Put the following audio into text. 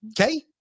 Okay